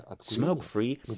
smoke-free